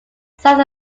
south